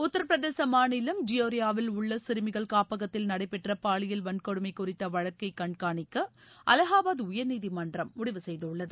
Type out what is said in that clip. உத்தரபிரதேசமாநிலம் டியோரியாவில் உள்ளசிறுமிகள் காப்பகத்தில் நடைபெற்றபாலியல் வன்கொடுமைகுறித்தவழக்கைகண்காணிக்கஅலகாபாத் உயா்நீதிமன்றம் முடிவு செய்துள்ளது